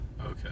Okay